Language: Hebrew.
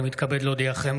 אני מתכבד להודיעכם,